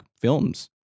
films